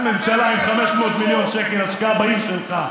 החלטת ממשלה עם 500 מיליון שקל השקעה בעיר שלך.